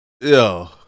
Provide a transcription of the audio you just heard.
Yo